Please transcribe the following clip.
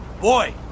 Boy